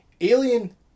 Alien